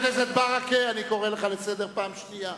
ברכה, אני קורא לך לסדר פעם שנייה.